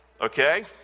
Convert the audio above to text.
Okay